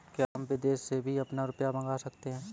क्या हम विदेश से भी अपना रुपया मंगा सकते हैं?